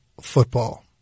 football